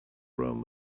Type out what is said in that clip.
rome